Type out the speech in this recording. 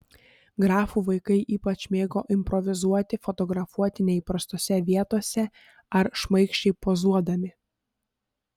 grafų vaikai ypač mėgo improvizuoti fotografuoti neįprastose vietose ar šmaikščiai pozuodami